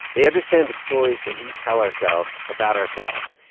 they understand the stories that we tell ourselves about ourselves,